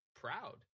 proud